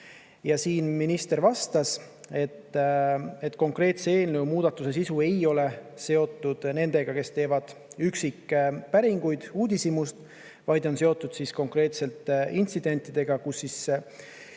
Ja minister vastas, et konkreetse eelnõu muudatuse sisu ei ole seotud nendega, kes teevad üksikpäringuid uudishimust, vaid on seotud konkreetselt intsidentidega, kus